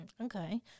Okay